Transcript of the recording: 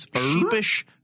sheepish